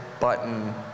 button